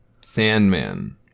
Sandman